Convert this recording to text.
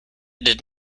did